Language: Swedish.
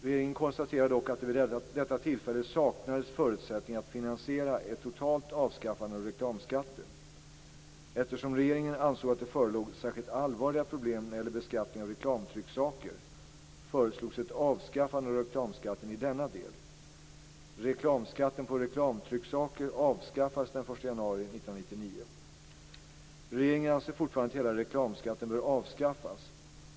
Regeringen konstaterade dock att det vid detta tillfälle saknades förutsättningar att finansiera ett totalt avskaffande av reklamskatten. Eftersom regeringen ansåg att det förelåg särskilt allvarliga problem när det gällde beskattningen av reklamtrycksaker föreslogs ett avskaffande av reklamskatten i denna del. Reklamskatten på reklamtrycksaker avskaffades den 1 januari 1999. Regeringens anser fortfarande att hela reklamskatten bör avskaffas.